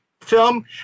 Film